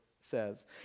says